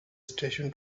station